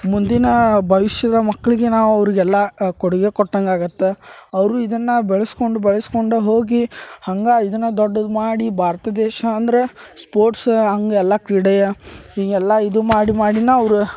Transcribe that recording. ಮುಂದಿನ ಭವಿಷ್ಯದ ಮಕ್ಕಳಿಗೆ ನಾವು ಅವರಿಗೆಲ್ಲ ಕೊಡುಗೆ ಕೊಟ್ಟಂಗಾಗತ್ತೆ ಅವರು ಇದನ್ನು ಬೆಳ್ಸ್ಕೊಂಡು ಬೆಳ್ಸ್ಕೊಂಡು ಹೋಗಿ ಹಂಗೆ ಇದನ್ನು ದೊಡ್ಡದು ಮಾಡಿ ಭಾರತ ದೇಶ ಅಂದರೆ ಸ್ಪೋರ್ಟ್ಸ್ ಹಂಗೆ ಎಲ್ಲ ಕ್ರೀಡೆಯ ಹಿಂಗೆಲ್ಲ ಇದು ಮಾಡಿ ಮಾಡಿನ ಅವ್ರು